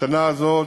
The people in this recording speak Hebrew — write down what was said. בשנה הזאת